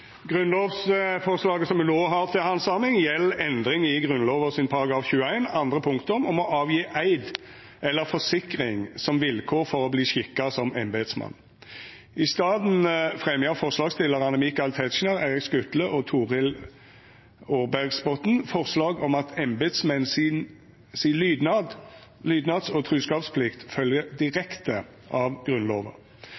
Grunnlovsforslaget me no har til handsaming, gjeld endring i Grunnlova § 21 andre punktum om å gjera eid eller å gje forsikring som vilkår for å verta skikka som embetsmann. I staden fremjar forslagsstillarane Michael Tetzschner, Erik Skutle og Torhild Aarbergsbotten forslag om at embetsmenn si lydnads- og truskapsplikt følgjer